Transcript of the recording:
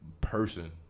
person